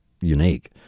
unique